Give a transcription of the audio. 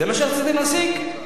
זה מה שרציתם להשיג?